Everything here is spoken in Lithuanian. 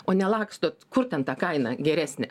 o nelakstot kur ten ta kaina geresnė